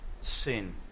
sin